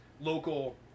local